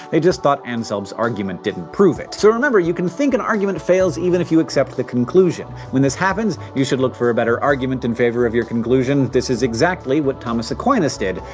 they just thought anselm's argument didn't prove it. so remember, you can think an argument fails, even if you accept the conclusion. when this happens, you should look for a better argument in favor of your conclusion. this is exactly what thomas aquinas did,